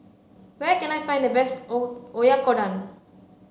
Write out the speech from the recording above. where can I find the best O Oyakodon